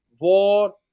war